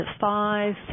five